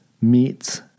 meets